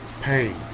Pain